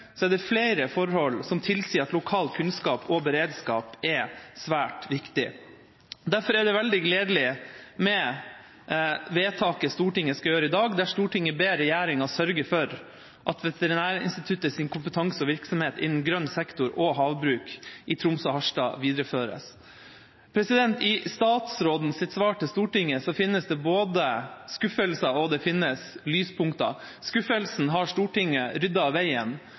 er det flere forhold som tilsier at lokal kunnskap og lokal beredskap er svært viktig. Derfor er det veldig gledelig med vedtaket som Stortinget skal gjøre i dag, som lyder: «Stortinget ber regjeringen sørge for at Veterinærinstituttets kompetanse og virksomhet innen grønn sektor og havbruk i henholdsvis Tromsø og Harstad videreføres.» I statsrådens svar til Stortinget finnes det både skuffelser og lyspunkter. Skuffelsen har Stortinget ryddet av veien,